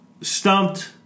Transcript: stumped